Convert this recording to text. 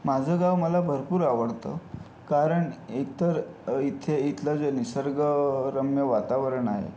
माझं गाव मला भरपूर आवडतं कारण एक तर इथे इथलं जे निसर्गरम्य वातावरण आहे